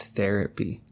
Therapy